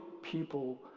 people